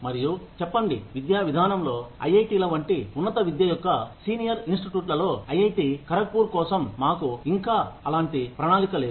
మరియు చెప్పండి విద్యావిధానంలో ఐఐటీల వంటి ఉన్నత విద్య యొక్క సీనియర్ ఇన్స్టిట్యూట్లలో ఐఐటి ఖరగ్పూర్ కోసం మాకు ఇంకా అలాంటి ప్రణాళిక లేదు